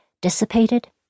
dissipated